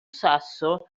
sasso